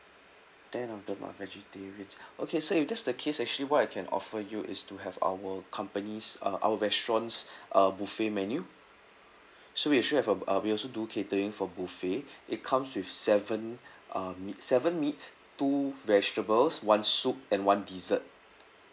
ten of them are vegetarians okay sir if that's the case actually what I can offer you is to have our company's uh our restaurant's uh buffet menu so we actually have a a we also do catering for buffet it comes with seven uh meat seven meats two vegetables one soup and one dessert